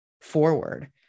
forward